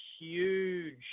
huge